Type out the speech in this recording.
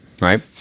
right